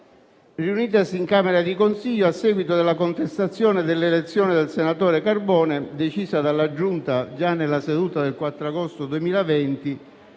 riunitasi in camera di consiglio, a seguito della contestazione dell'elezione del senatore Carbone, decisa dalla Giunta nella seduta del 4 agosto 2020